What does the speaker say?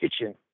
kitchen